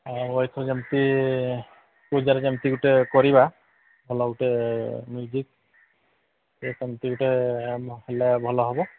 ଆଉ ଏଥର ଯେମିତି ପୂଜାରେ ଯେମିତି ଗୁଟେ କରିବା ଭଲ ଗୁଟେ ମ୍ୟୁଜିକ୍ ସେ ସେମିତି ଗୋଟେ ହେଲେ ଭଲ ହବ